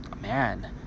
man